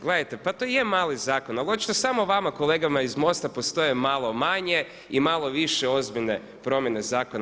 Gledajte, pa to je mali zakon ali očito samo vama kolegama iz MOST-a postoje malo manje i malo više ozbiljne promjene zakona.